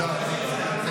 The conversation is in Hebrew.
תודה רבה.